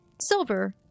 silver